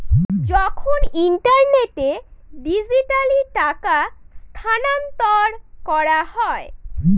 যখন ইন্টারনেটে ডিজিটালি টাকা স্থানান্তর করা হয়